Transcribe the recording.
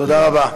תודה רבה.